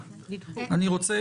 פרופ' מור יוסף,